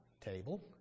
table